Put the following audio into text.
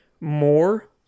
more